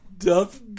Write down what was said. Duff